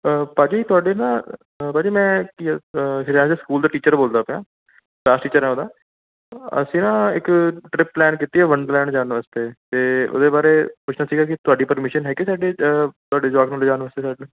ਭਾਅ ਜੀ ਤੁਹਾਡੇ ਨਾ ਭਾਅ ਜੀ ਮੈਂ ਕੀ ਸ਼ਰਿਆਂਸ਼ ਦੇ ਸਕੂਲ ਦਾ ਟੀਚਰ ਬੋਲਦਾ ਪਿਆ ਕਲਾਸ ਟੀਚਰ ਹਾਂ ਉਹਦਾ ਅਸੀਂ ਨਾ ਇੱਕ ਟ੍ਰਿੱਪ ਪਲੈਨ ਕੀਤੀ ਹੈ ਵੰਡਰਲੈਂਡ ਜਾਣ ਵਾਸਤੇ ਅਤੇ ਉਹਦੇ ਬਾਰੇ ਪੁੱਛਣਾ ਸੀਗਾ ਕਿ ਤੁਹਾਡੀ ਪਰਮਿਸ਼ਨ ਹੈਗੀ ਤੁਹਾਡੀ ਤੁਹਾਡੇ ਜਵਾਕ ਨੂੰ ਲੈ ਜਾਣ ਵਾਸਤੇ ਸਾਨੂੰ